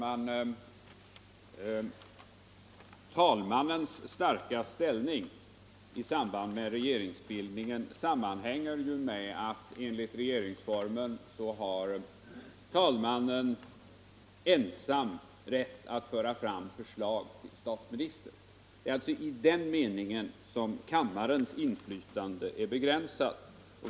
Herr talman! Talmannens starka ställning vid en regeringsbildning sammanhänger ju med att han enligt regeringsformen ensam har rätt att föra fram förslag till statsminister. Det är alltså i den meningen som kammarens inflytande är begränsat.